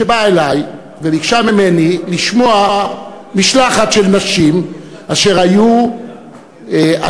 שבאה אלי וביקשה ממני לשמוע משלחת של נשים אשר היו עצורות